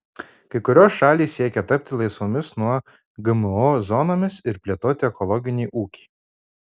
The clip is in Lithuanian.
kai kurios šalys siekia tapti laisvomis nuo gmo zonomis ir plėtoti ekologinį ūkį